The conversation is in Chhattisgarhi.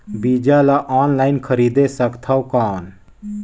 बीजा ला ऑनलाइन खरीदे सकथव कौन?